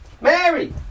Mary